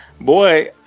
boy